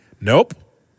Nope